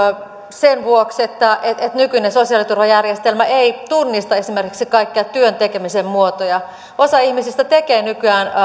sen vuoksi että nykyinen sosiaaliturvajärjestelmä ei tunnista esimerkiksi kaikkia työn tekemisen muotoja osa ihmisistä tekee nykyään